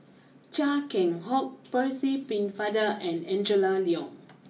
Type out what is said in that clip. Chia Keng Hock Percy Pennefather and Angela Liong